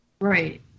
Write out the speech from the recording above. Right